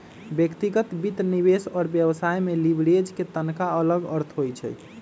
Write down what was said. व्यक्तिगत वित्त, निवेश और व्यवसाय में लिवरेज के तनका अलग अर्थ होइ छइ